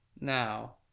Now